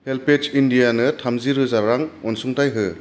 HelpAge इन्डियानो थामजि रोजा रां अनसुंथाइ हो